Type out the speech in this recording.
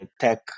tech